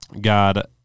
God